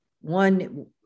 one